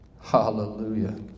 Hallelujah